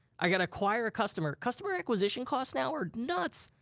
i gotta acquire a customer. customer acquisition costs now are nuts.